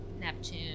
neptune